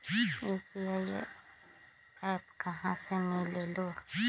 UPI app कहा से मिलेलु?